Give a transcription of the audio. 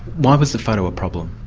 why was the photo a problem?